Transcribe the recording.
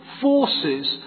forces